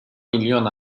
milyon